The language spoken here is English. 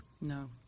No